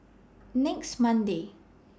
next Monday